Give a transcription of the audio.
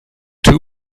two